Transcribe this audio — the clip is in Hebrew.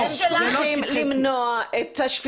זה לא שטחי C. אתם צריכים למנוע את השפיכה